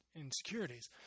insecurities